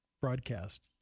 broadcast